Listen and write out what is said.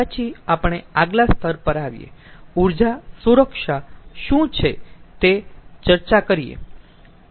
પછી આપણે આગલા સ્તર પર આવીએ ઊર્જા સુરક્ષા શું છે તે ચર્ચા કરીયે